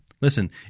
Listen